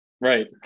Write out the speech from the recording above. Right